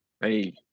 Hey